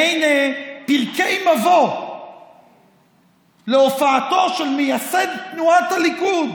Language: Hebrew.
מעין פרקי מבוא להופעתו של מייסד תנועת הליכוד,